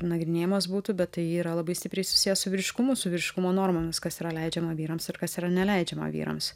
nagrinėjimas būtų bet tai yra labai stipriai susiję su vyriškumu su vyriškumo normomis kas yra leidžiama vyrams ir kas yra neleidžiama vyrams